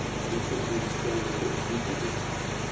you should be saying what you think is funny.